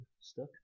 Stuck